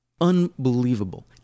unbelievable